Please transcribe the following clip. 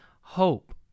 hope